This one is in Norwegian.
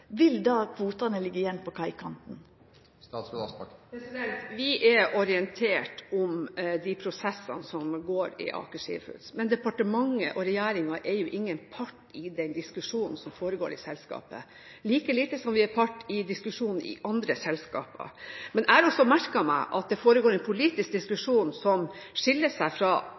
vil då kvotane liggja igjen på kaikanten? Vi er orientert om de prosessene som går i Aker Seafoods, men departementet og regjeringen er ingen part i den diskusjonen som foregår i selskapet, like lite som vi er part i diskusjonen i andre selskaper. Men jeg har også merket meg at det foregår en politisk diskusjon som antakelig skiller seg fra det Norway Seafoods diskuterer. Senest i dag registrerer jeg uttalelser fra